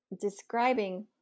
describing